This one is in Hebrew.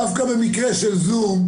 דווקא במקרה של זום,